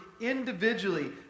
individually